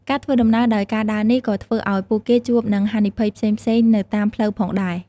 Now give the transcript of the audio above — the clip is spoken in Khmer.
ការធ្វើដំណើរដោយការដើរនេះក៏ធ្វើឱ្យពួកគេជួបនឹងហានិភ័យផ្សេងៗនៅតាមផ្លូវផងដែរ។